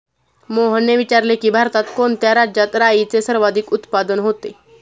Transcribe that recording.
मोहनने विचारले की, भारतात कोणत्या राज्यात राईचे सर्वाधिक उत्पादन होते?